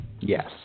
Yes